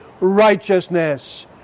righteousness